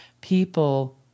people